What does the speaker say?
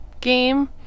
game